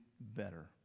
better